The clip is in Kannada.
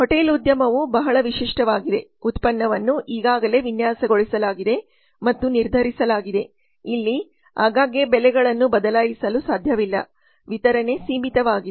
ಹೋಟೆಲ್ ಉದ್ಯಮವು ಬಹಳ ವಿಶಿಷ್ಟವಾಗಿದೆ ಉತ್ಪನ್ನವನ್ನು ಈಗಾಗಲೇ ವಿನ್ಯಾಸಗೊಳಿಸಲಾಗಿದೆ ಮತ್ತು ನಿರ್ಧರಿಸಲಾಗಿದೆ ಇಲ್ಲಿ ಆಗಾಗ್ಗೆ ಬೆಲೆಗಳನ್ನು ಬದಲಾಯಿಸಲು ಸಾಧ್ಯವಿಲ್ಲ ವಿತರಣೆ ಸೀಮಿತವಾಗಿದೆ